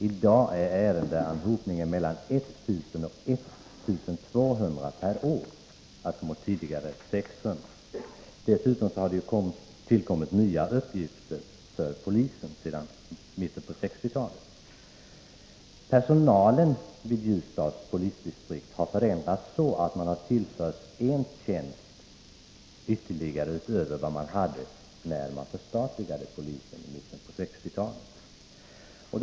I dag är ärendeanhopningen mellan 1 000 och 1 200 ärenden per år. Dessutom har det sedan mitten av 1960-talet tillkommit nya uppgifter för polisen. Personalen vid Ljusdals polisdistrikt har förändrats så, att den har tillförts en tjänst utöver vad man hade när polisen förstatligades i mitten av 1960-talet.